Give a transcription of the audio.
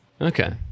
Okay